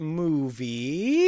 movie